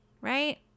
right